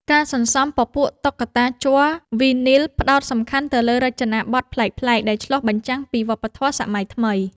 ការសន្សំពពួក តុក្កតាជ័រវីនីល ផ្ដោតសំខាន់ទៅលើរចនាបថប្លែកៗដែលឆ្លុះបញ្ចាំងពីវប្បធម៌សម័យថ្មី។